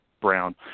Brown